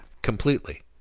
Completely